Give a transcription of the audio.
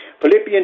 Philippians